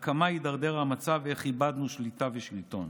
כמה הידרדר המצב ואיך איבדנו שליטה ושלטון.